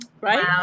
Right